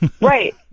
Right